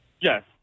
Yes